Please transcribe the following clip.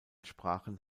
sprachen